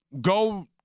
go